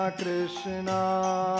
Krishna